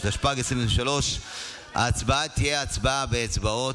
התשפ"ג 2023. ההצבעה תהיה הצבעה באצבעות,